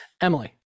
Emily